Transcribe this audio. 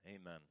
Amen